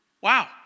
Wow